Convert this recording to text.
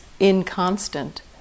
inconstant